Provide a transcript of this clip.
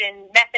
methods